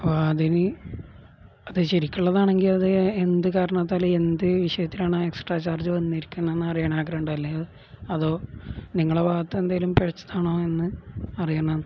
അപ്പം അതിന് അത് ശരിക്കും ഉള്ളതാണെങ്കിൽ അത് എന്ത് കാരണത്താൽ എന്ത് വിഷയത്തിലാണോ എക്സ്ട്രാ ചാർജ് വന്നിരിക്കുന്നത് എന്ന് അറിയാൻ ആഗ്രഹമുണ്ടല്ലേ അതോ നിങ്ങളുടെ ഭാഗത്ത് എന്തെങ്കിലും പഴിച്ചതാണോ എന്ന് അറിയണം